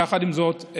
יחד עם זאת,